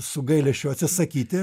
su gailesčiu atsisakyti